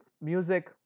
music